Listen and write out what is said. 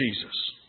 Jesus